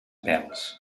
pèls